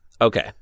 Okay